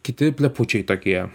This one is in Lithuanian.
kiti plepučiai tokie